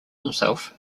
himself